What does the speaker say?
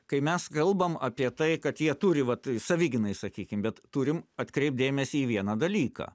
kai mes kalbam apie tai kad jie turi vat savigynai sakykim bet turim atkreipt dėmesį į vieną dalyką